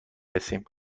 رسیم